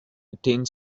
attend